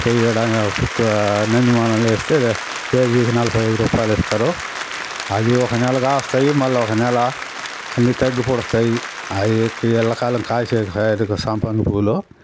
పోయి ఏడన్నా మాలలు వేస్తే కేజీకి నలభై ఐదు రూపాయలు ఇస్తారు అది ఒక నెల కాస్తాయి మళ్ళీ ఒక నెల అన్నీ తగ్గి పూడుస్తాయి అయి ఎళ్ళ కాలం కాసే కాయలు కాదు సంపంగి పూలు